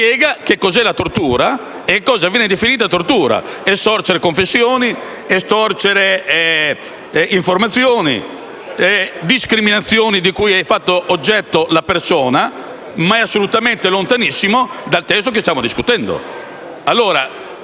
cos'è la tortura e cosa viene definito tortura: estorcere confessioni, estorcere informazioni, discriminazioni di cui è fatta oggetto la persona. Ciò è assolutamente lontanissimo dal testo di cui stiamo discutendo.